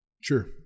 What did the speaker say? Sure